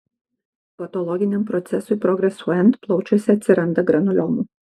patologiniam procesui progresuojant plaučiuose atsiranda granuliomų